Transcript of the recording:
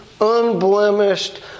unblemished